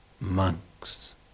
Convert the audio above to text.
monks